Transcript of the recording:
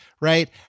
right